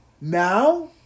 now